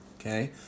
okay